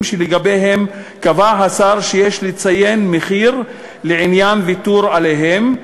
שלגביהם קבע השר שיש לציין מחיר לעניין ויתור עליהם,